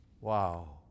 Wow